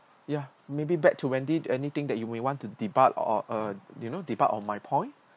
ya maybe back to when did anything that you may want to debate or uh you know debate on my point